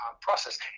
process